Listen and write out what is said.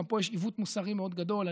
גם פה יש עיוות מוסרי מאוד גדול.